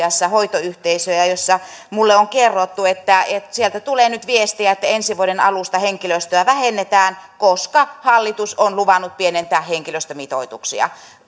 asiassa hoitoyhteisöjä joista minulle on kerrottu että sieltä tulee nyt viestejä että ensi vuoden alusta henkilöstöä vähennetään koska hallitus on luvannut pienentää henkilöstömitoituksia